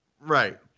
Right